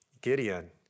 Gideon